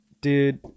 dude